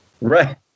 Right